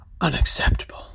unacceptable